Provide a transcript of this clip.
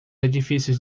edifícios